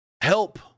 help